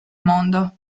mondo